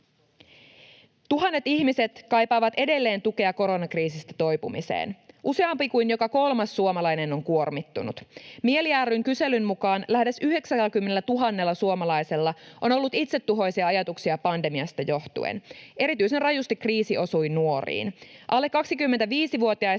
Tuhannet ihmiset kaipaavat edelleen tukea koronakriisistä toipumiseen. Useampi kuin joka kolmas suomalainen on kuormittunut. MIELI ry:n kyselyn mukaan lähes 90 000 suomalaisella on ollut itsetuhoisia ajatuksia pandemiasta johtuen. Erityisen rajusti kriisi osui nuoriin. Alle 25-vuotiaista